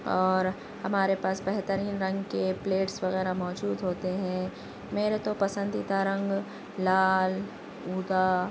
اور ہمارے پاس بہترین رنگ کے پلیٹس وغیرہ موجود ہوتے ہیں ميرے تو پسنديدہ رنگ لال اُودا